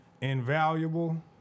invaluable